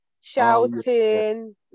shouting